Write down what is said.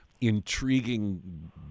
intriguing